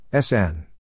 Sn